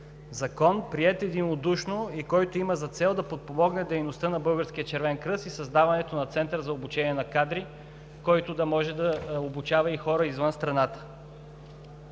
закон, приет единодушно, и който има за цел да подпомогне дейността на Българския Червен кръст и създаването на център за обучение на кадри, който да може да обучава и хора извън страната.